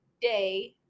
Day